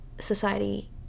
society